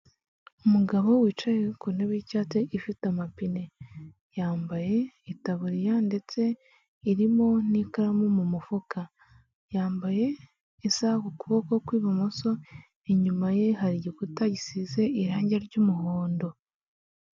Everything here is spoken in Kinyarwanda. Umugabo wicaye ku ntebe y'icyatsi ifite amapine; yambaye itaburiya ndetse irimo n'ikaramu mu mufuka, yambaye isaha ku kuboko kw'ibumoso, inyuma ye hari igikuta gisize irangi ry'umuhondo.